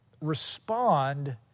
respond